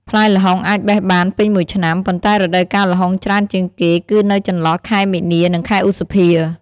ផ្លែល្ហុងអាចបេះបានពេញមួយឆ្នាំ ប៉ុន្តែរដូវកាលល្ហុងច្រើនជាងគេគឺនៅចន្លោះខែមីនា និងខែឧសភា។